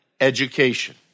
education